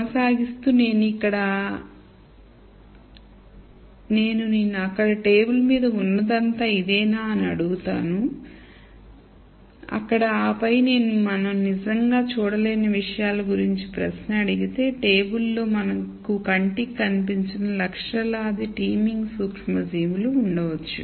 కొనసాగిస్తూ నేను నిన్నుఅక్కడ టేబుల్ మీద ఉన్నదంతా ఇదేనా అని అడుగుతాను అక్కడ ఆపై నేను మనం నిజంగా చూడలేని విషయాల గురించి ప్రశ్న అడిగితే టేబుల్ లో మనకు కంటితో కనిపించని లక్షలాది టీమింగ్ సూక్ష్మజీవులు ఉండవచ్చు